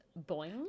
boing